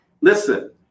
Listen